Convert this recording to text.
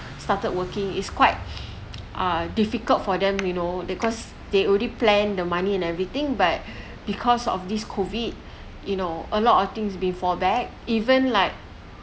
started working is quite ah difficult for them you know because they only plan the money and everything but because of this COVID you know a lot of things before back even like